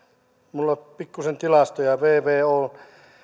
minulla pikkuisen tilastoja vvon